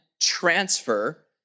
transfer